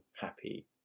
happy